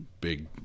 big